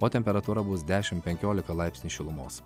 o temperatūra bus dešimt penkiolika laipsnių šilumos